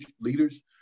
leaders